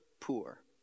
poor